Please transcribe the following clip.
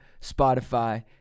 Spotify